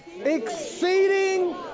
exceeding